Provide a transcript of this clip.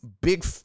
big